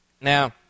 now